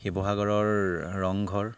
শিৱসাগৰৰ ৰংঘৰ